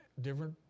different